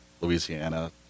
Louisiana